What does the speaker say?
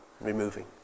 removing